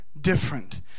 different